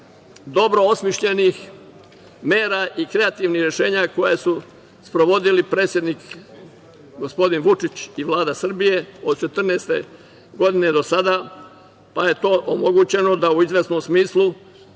dobro osmišljenih mera i kreativnih rešenja koja su sprovodili predsednik, gospodin Vučić i Vlada Srbije od 2014. godine do sada, pa je to omogućeno da u izvesnom smislu